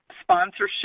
Sponsorship